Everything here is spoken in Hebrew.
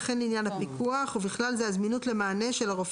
וכן לעניין הפיקוח ובכלל זה הזמינות למענה של הרופא